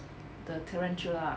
the tarantula ah